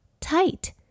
Tight